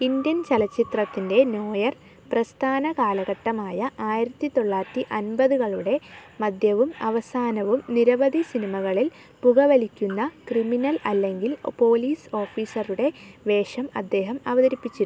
Indian ചലച്ചിത്രത്തിൻ്റെ noir പ്രസ്ഥാന കാലഘട്ടമായ ആയിരത്തി തൊള്ളായിരത്തി അൻപതുകളുടെ മധ്യവും അവസാനവും നിരവധി സിനിമകളിൽ പുകവലിക്കുന്ന ക്രിമിനൽ അല്ലെങ്കിൽ പോലീസ് ഓഫീസറുടെ വേഷം അദ്ദേഹം അവതരിപ്പിച്ചിരുന്നു